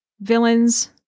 villains